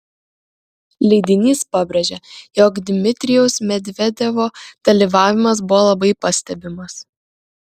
leidinys pabrėžia jog dmitrijaus medvedevo dalyvavimas buvo labai pastebimas